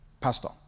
Pastor